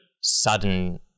sudden